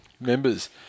members